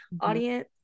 audience